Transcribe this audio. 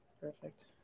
perfect